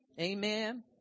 Amen